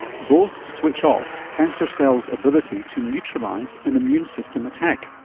both switch off cancer cells' ability to neutralise an immune system attack.